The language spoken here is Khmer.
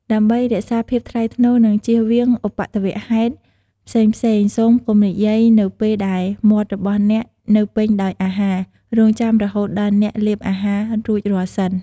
ដើម្បីរក្សាភាពថ្លៃថ្នូរ និងជៀសវាងឧបទ្ទវហេតុផ្សេងៗ សូមកុំនិយាយនៅពេលដែលមាត់របស់អ្នកនៅពេញដោយអាហារ រង់ចាំរហូតដល់អ្នកលេបអាហាររួចរាល់សិន។